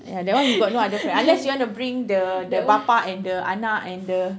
ya that one we got no other eh unless you want to bring the the bapa and the anak and the